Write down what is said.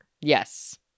yes